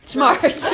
Smart